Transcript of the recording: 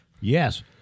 Yes